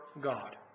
God